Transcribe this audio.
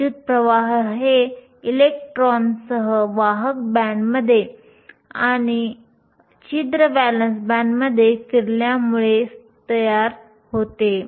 विद्युत् प्रवाह हे इलेक्ट्रॉन वाहक बँडमध्ये आणि छिद्र व्हॅलेन्स बँडमध्ये फिरल्यामुळे तयार होते